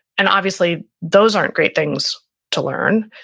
and obviously those aren't great things to learn.